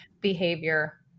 behavior